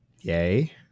Yay